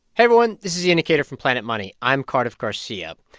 everyone. this is the indicator from planet money. i'm cardiff garcia.